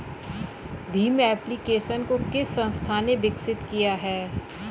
Bhim application को किस संस्था ने विकसित किया है?